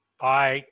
Bye